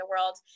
world